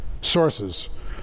sources